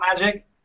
magic